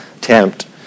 tempt